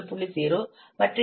0 மற்றும் எம்பெடெட் க்கு இது 2